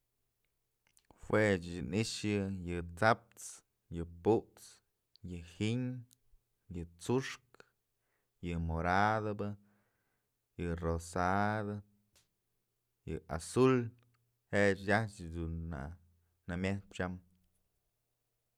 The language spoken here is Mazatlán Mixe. Juë ëch ni'ixë yë t'saps, yë put's, yë giñ, yë t'suxk, yë moradëbë, yë rosado, yë azul je'e ajtyë dun na jamyet's tyam.